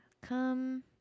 come